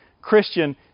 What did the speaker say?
Christian